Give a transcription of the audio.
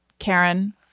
Karen